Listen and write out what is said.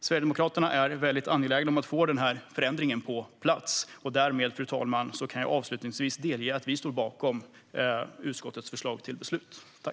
Sverigedemokraterna är angelägna om att få den här förändringen på plats, så därför, fru talman, yrkar jag bifall till utskottets förslag.